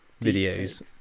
videos